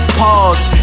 pause